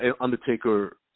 undertaker